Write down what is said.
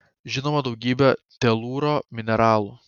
žinoma daugybė telūro mineralų